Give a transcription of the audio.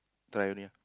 try only lah